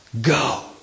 Go